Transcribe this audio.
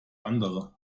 andere